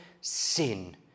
sin